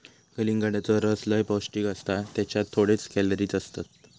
कलिंगडाचो रस लय पौंष्टिक असता त्येच्यात थोडेच कॅलरीज असतत